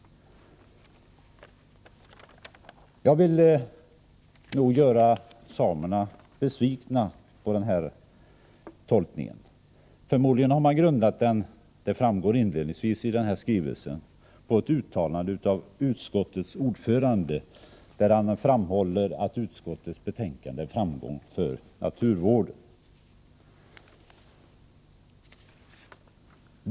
Jag måste nog göra samerna besvikna i fråga om den här tolkningen. Förmodligen har man grundat den — det framgår inledningsvis i skrivelsen — på ett uttalande av utskottets ordförande, där han framhåller att utskottets betänkande är en framgång för naturvården.